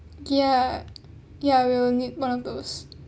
ya ya will need one of those